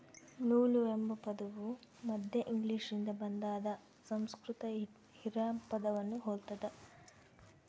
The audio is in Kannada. ನೂಲು ಎಂಬ ಪದವು ಮಧ್ಯ ಇಂಗ್ಲಿಷ್ನಿಂದ ಬಂದಾದ ಸಂಸ್ಕೃತ ಹಿರಾ ಪದವನ್ನು ಹೊಲ್ತದ